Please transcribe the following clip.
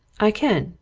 i can,